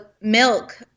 milk